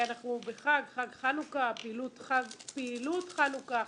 אנחנו בחג חג החנוכה פעילות חנוכה,